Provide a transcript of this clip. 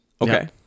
Okay